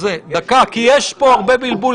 דקה, כי יש פה הרבה בלבול.